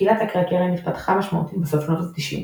קהילת הקראקרים התפתחה משמעותית בסוף שנות ה-90,